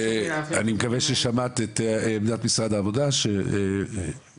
אני מקווה ששמעת את עמדת משרד העבודה שבסוף